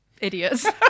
idiots